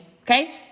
okay